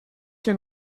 que